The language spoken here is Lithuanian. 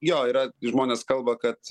jo yra žmonės kalba kad